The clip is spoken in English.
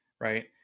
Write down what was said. Right